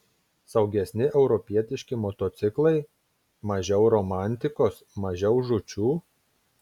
saugesni europietiški motociklai mažiau romantikos mažiau žūčių